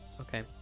Okay